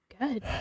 Good